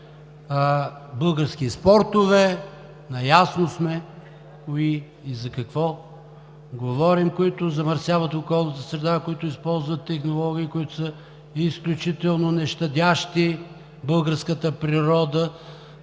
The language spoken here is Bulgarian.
български спортове, наясно сме кои и за какво говорим, които замърсяват околната среда, които използват технологии, изключително нещадящи българската природа,